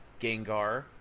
Gengar